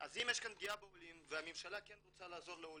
אז אם יש כאן פגיעה בעולים והממשלה כן רוצה לעזור לעולים,